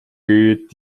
geht